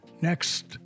next